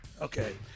Okay